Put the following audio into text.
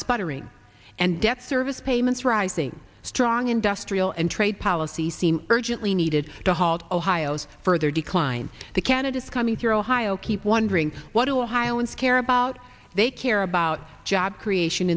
sputtering and debt service payments rising strong industrial and trade policies seem urgently needed to halt ohio's further decline the candidates coming here ohio keep wondering what to highlands care about they care about job creation